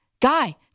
Guy